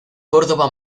córdoba